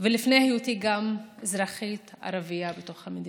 ולפני היותי גם אזרחית ערבייה בתוך המדינה.